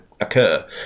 occur